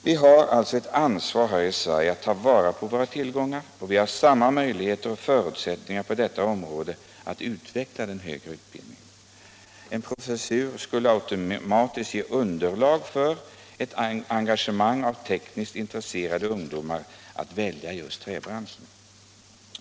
Vi har ett ansvar här i Sverige för att ta vara på våra tillgångar, och vi har samma möjligheter och förutsättningar på detta område att utveckla den högre utbildningen. En professur skulle automatiskt ge underlag för att stimulera tekniskt intresserade ungdomar att välja just träbranschen.